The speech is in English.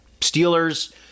Steelers